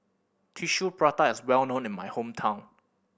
Tissue Prata is well known in my hometown